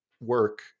work